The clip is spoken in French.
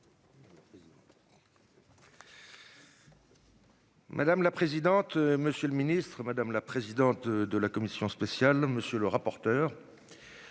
Madame la présidente. Monsieur le Ministre, madame la présidente de la commission spéciale. Monsieur le rapporteur.